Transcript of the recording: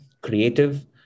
creative